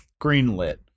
greenlit